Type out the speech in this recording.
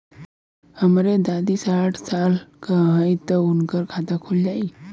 हमरे दादी साढ़ साल क हइ त उनकर खाता खुल जाई?